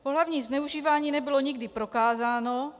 Pohlavní zneužívání nebylo nikdy prokázáno.